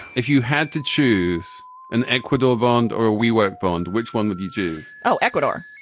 if you had to choose in ecuador bond or a we work bond, which one would you choose? oh, ecuador.